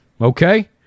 Okay